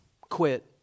quit